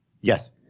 Yes